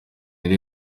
iri